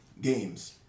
games